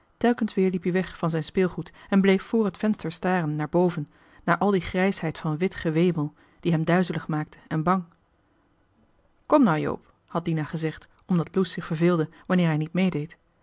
telkens weer liep-ie weg van zijn speelgoed en bleef vr het venster staren naar boven naar die grijsheid van wit gewemel die hem duizelig maakte en bang kom nou joop had dina gezegd omdat loes zich verveelde wanneer hij niet meedeed